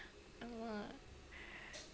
!alamak!